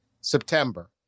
September